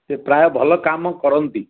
ସେ ପ୍ରାୟ ଭଲ କାମ କରନ୍ତି